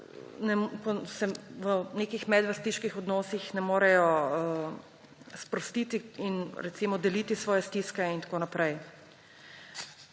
v nekih medvrstniških odnosih ne morejo sprostiti in, recimo, deliti svoje stiske in tako naprej.